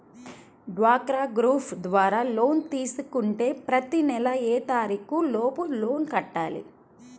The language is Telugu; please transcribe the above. డ్వాక్రా గ్రూప్ ద్వారా లోన్ తీసుకుంటే ప్రతి నెల ఏ తారీకు లోపు లోన్ కట్టాలి?